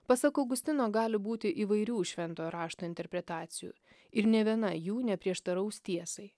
pasak augustino gali būti įvairių šventojo rašto interpretacijų ir nė viena jų neprieštaraus tiesai